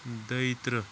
دۄیِہ ترٕٛہ